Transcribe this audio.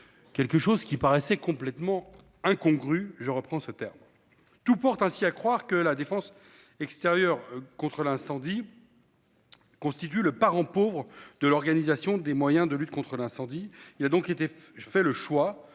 Quelque chose qui paraissait complètement incongrue, je reprends ce terme. Tous portent ainsi à croire que la défense extérieure contre l'incendie. Constitue le parent pauvre de l'organisation des moyens de lutte contre l'incendie. Il a donc il était, je fais